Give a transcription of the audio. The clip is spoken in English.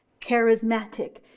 charismatic